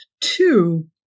Two